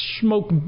Smoke